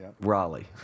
Raleigh